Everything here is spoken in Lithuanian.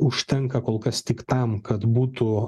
užtenka kol kas tik tam kad būtų